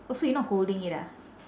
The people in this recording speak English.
oh so you not holding it ah